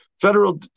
federal